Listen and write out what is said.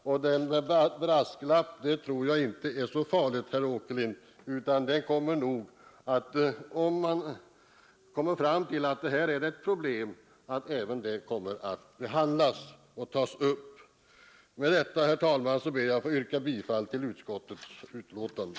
Det där med brasklapp tror jag inte är så farligt, herr Åkerlind, utan om man finner att detta är ett problem kommer även det att tas upp till behandling. Herr talman! Jag ber att få yrka bifall till utskottets hemställan